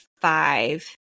five